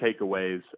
takeaways